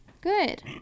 Good